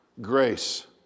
Grace